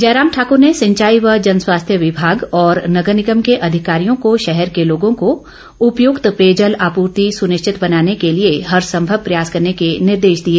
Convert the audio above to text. जयराम ठाकर ने सिंचाई व जनस्वास्थ्य विभाग और नगर निगम के अधिकारियों को शहर के लोगों को उपयुक्त पेयजल आपूर्ति सुनिश्चित बनाने के लिए हरसंभव प्रयास करने के निर्देश दिए